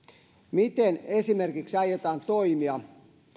miten esimerkiksi aiotaan toimia